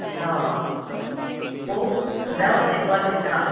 अच्छा पोइ कंदा आहियोसि देखभाल चङी तरह